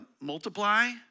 multiply